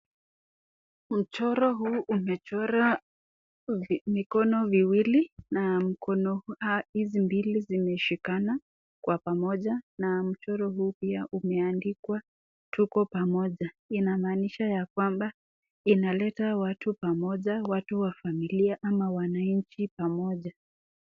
Michoro hii imechorwa mikono viwili mikono hizi mbili zimeshika kwa pamoja ma michoro hii pia imeandikwa tuko pamoja inamanisha ya kwamba inaleta watu pamoja watu wa familia ama wananchi pamoja.